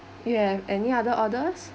you have any other orders